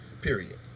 period